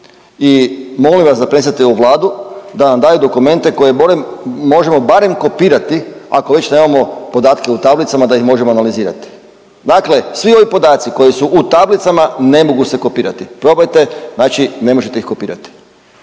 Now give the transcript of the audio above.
i molim vas da prenesete u Vladu da nam daju dokumente koje barem, možemo barem kopirati ako već nemamo podatke u tablicama da ih možemo analizirati. Dakle svi ovi podaci koji su u tablicama ne mogu se kopirati, probajte, znači ne možete ih kopirati,